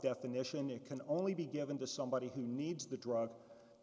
definition it can only be given to somebody who needs the drug